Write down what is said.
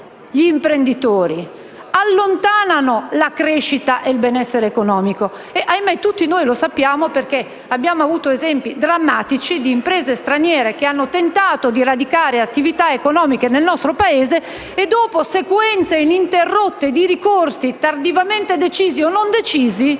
gli imprenditori, la crescita e il benessere economico. Tutti noi lo sappiamo perché abbiamo avuto esempi drammatici di imprese straniere che hanno tentato di radicare attività economiche nel nostro Paese e, dopo sequenze ininterrotte di ricorsi, tardivamente decisi o non decisi,